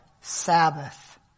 Sabbath